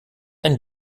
ein